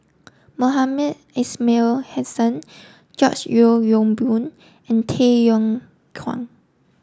Mohamed Ismail Hussain George Yeo Yong Boon and Tay Yong Kwang